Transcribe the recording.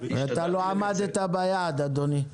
ואתה לא עמדת ביעד, אדוני.